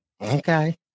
Okay